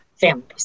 families